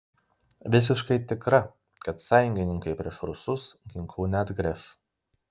visiškai tikra kad sąjungininkai prieš rusus ginklų neatgręš